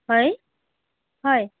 হয় হয়